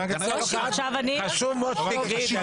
חשוב מאוד שתקראי.